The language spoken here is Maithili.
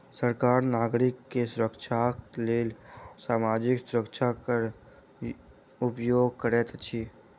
सरकार नागरिक के सुरक्षाक लेल सामाजिक सुरक्षा कर उपयोग करैत अछि